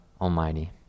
Almighty